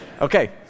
Okay